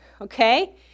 okay